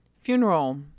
funeral